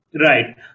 right